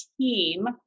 team